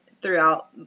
throughout